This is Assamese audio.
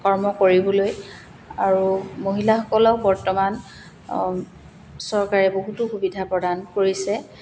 কৰ্ম কৰিবলৈ আৰু মহিলাসকলেও বৰ্তমান চৰকাৰে বহুতো সুবিধা প্ৰদান কৰিছে